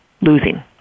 losing